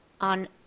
on